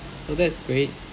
so that's great